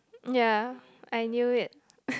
ya I knew it